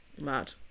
mad